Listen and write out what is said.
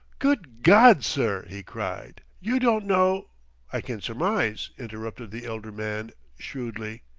good god, sir! he cried. you don't know i can surmise, interrupted the elder man shrewdly.